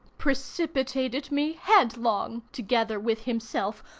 precipitated me headlong, together with himself,